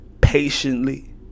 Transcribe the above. patiently